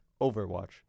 Overwatch